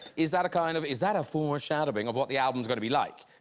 is that a kind of is that a foreshadowing of what the album is gonna be like.